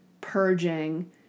purging